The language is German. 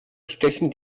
stechen